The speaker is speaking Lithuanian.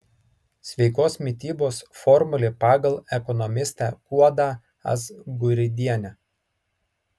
sveikos mitybos formulė pagal ekonomistę guodą azguridienę